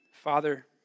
Father